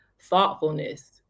thoughtfulness